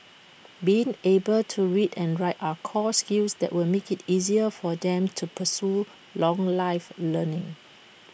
being able to read and write are core skills that will make IT easier for them to pursue long life learning